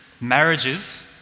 marriages